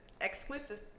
exclusive